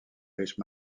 riches